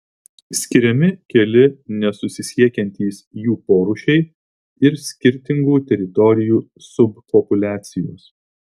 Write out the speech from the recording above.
skiriami keli nesusisiekiantys jų porūšiai ir skirtingų teritorijų subpopuliacijos